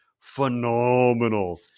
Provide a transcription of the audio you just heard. phenomenal